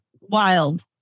wild